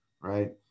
right